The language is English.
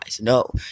No